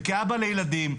וכאבא לילדים,